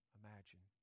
imagine